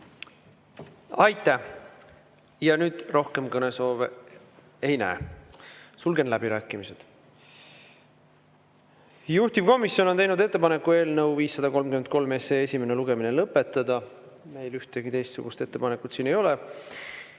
Aitäh! Aitäh! Rohkem kõnesoove ei näe. Sulgen läbirääkimised. Juhtivkomisjon on teinud ettepaneku eelnõu 533 esimene lugemine lõpetada. Meil ühtegi teistsugust ettepanekut ei ole.